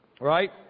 right